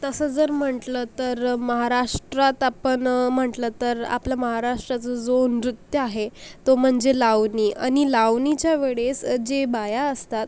तसं जर म्हंटलं तर महाराष्ट्रात आपण म्हंटलं तर आपला महाराष्ट्राचा जो नृत्य आहे तो म्हणजे लावणी आणि लावणीच्या वेळेस जे बाया असतात